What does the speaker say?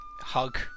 hug